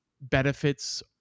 benefits